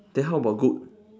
then how about goat